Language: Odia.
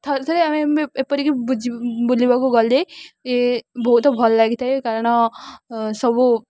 ଥରେ ଥରେ ଆମେ ଏପରି କି ବୁଝ ବୁଲିବାକୁ ଗଲେ ଏ ବହୁତ ଭଲ ଲାଗିଥାଏ କାରଣ ସବୁ